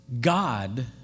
God